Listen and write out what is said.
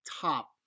top